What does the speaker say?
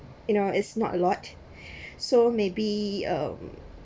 you know it's not a lot so maybe um